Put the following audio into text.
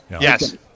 Yes